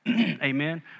Amen